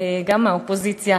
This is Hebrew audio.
גם מהאופוזיציה,